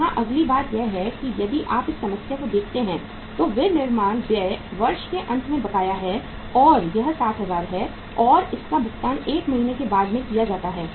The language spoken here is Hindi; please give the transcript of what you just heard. यहाँ अगली बात यह है कि यदि आप इस समस्या को देखते हैं तो निर्माण व्यय वर्ष के अंत में बकाया है और यह 60000 है और इनका भुगतान 1 महीने के बाद में किया जाता है